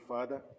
Father